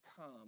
come